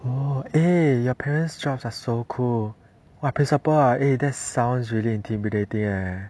oh eh your parents jobs are so cool principal ah eh that sounds really intimidating